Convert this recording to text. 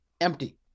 empty